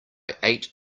ate